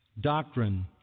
doctrine